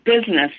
business